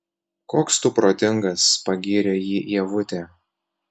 koks tu protingas pagyrė jį ievutė